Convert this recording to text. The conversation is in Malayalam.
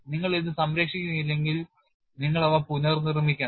നിങ്ങൾ ഇത് സംരക്ഷിക്കുന്നില്ലെങ്കിൽ നിങ്ങൾ അവ പുനർനിർമ്മിക്കണം